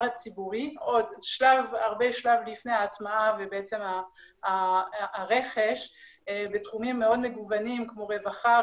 הציבורי שלב הרבה לפני ההטמעה והרכש בתחומים מאוד מגוונים כמו רווחה,